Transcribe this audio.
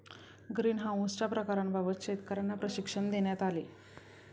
ग्रीनहाउसच्या प्रकारांबाबत शेतकर्यांना प्रशिक्षण देण्यात आले